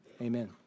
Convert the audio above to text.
Amen